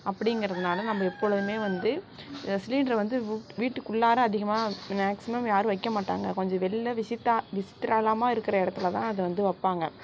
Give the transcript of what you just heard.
அப்படிங்கிறதுனால நம்ம எப்பொழுதுமே வந்து சிலிண்டரை வந்து வீட்டுக்குள்ளாற அதிகமாக மேக்ஸிமம் யாரும் வைக்க மாட்டாங்க கொஞ்சம் வெளியில் விஸித்தா விஸித்ராலமாக இருக்கிற இடத்துலதான் அதை வந்து வைப்பாங்க